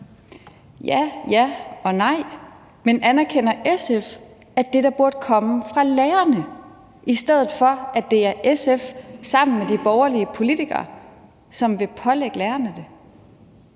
Ja, ja og nej. Men anerkender SF, at det da burde komme fra lærerne, i stedet for at det er SF sammen med de borgerlige politikere, som vil pålægge lærerne det?